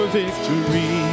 victory